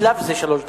בשלב זה שלוש דקות.